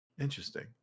Interesting